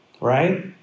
Right